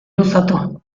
luzatu